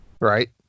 right